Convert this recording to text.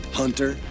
hunter